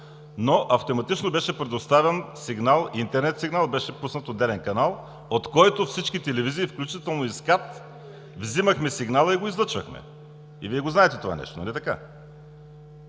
но автоматично беше предоставен интернет сигнал – беше пуснат отделен канал, от който всички телевизии, включително и СКАТ, вземахме сигнала и го излъчвахме. Вие знаете това нещо, нали така?